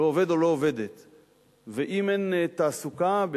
ואם אין תעסוקה,